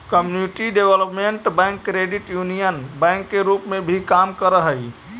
community development bank credit union bank के रूप में भी काम करऽ हइ